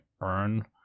earn